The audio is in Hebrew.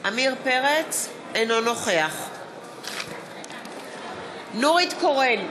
אינו נוכח נורית קורן,